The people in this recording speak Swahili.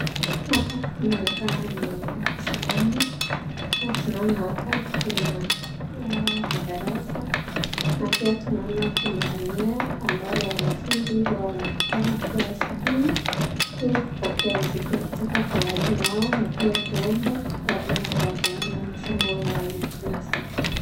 Hapa inaonekana ni maeneo ya shuleni, na tunaona hapa kuna madarasa na pia tunaona kuna eneo ambalo wanafunzi huwa wanakutana kila asubuhi ili kupokea ujumbe kutoka kwa walimu wao na pia kuomba kabla hawajaanza masomo yao ya kila siku.